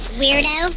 weirdo